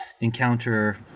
encounter